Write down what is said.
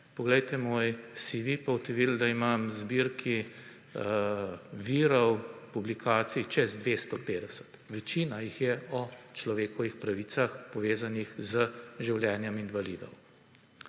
Poglejte moj CV, pa boste videli, da imam v zbirki virov, publikacij čez 250. Večina jih je o človekovih pravicah, povezanih z življenjem invalidov.